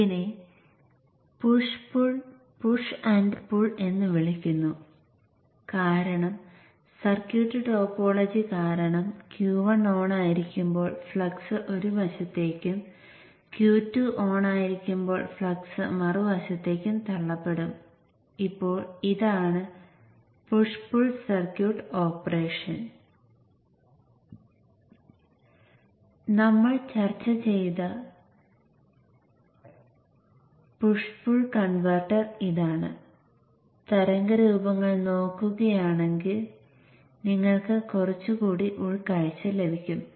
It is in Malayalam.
ഇൻഡക്ടർ നിലവിലുള്ള Q1 Q2 എന്നിവ ഓഫായിരിക്കുമ്പോൾ ഇത് Vin2 -Vin2 എന്നിവയ്ക്കിടയിൽ മാറിക്കൊണ്ടിരിക്കും